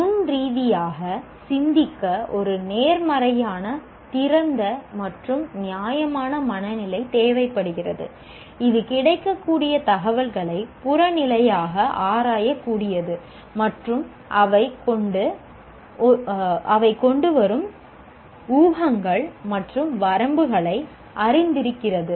நுண் ரீதியாக சிந்திக்க ஒரு நேர்மறையான திறந்த மற்றும் நியாயமான மனநிலை தேவைப்படுகிறது இது கிடைக்கக்கூடிய தகவல்களை புறநிலையாக ஆராயக்கூடியது மற்றும் அவை கொண்டு வரும் ஊகங்கள் மற்றும் வரம்புகளை அறிந்திருக்கிறது